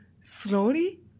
slowly